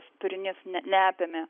turinys ne neapėmė